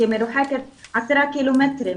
שמרוחקת עשרה קילומטרים